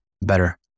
better